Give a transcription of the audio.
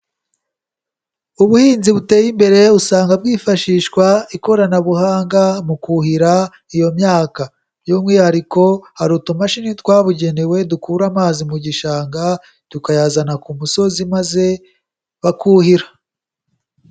Ubuhinzi buteye imbere usanga bwifashishwa ikoranabuhanga mu kuhira iyo myaka. By'umwihariko hari utumashini twabugenewe dukura amazi mu gishanga tukayazana ku musozi maze bakuhira.